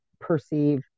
perceive